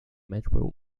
metro